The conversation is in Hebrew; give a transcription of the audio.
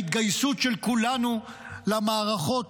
ההתגייסות של כולנו למערכות,